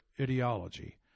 ideology